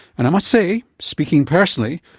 and i must say, speaking personally,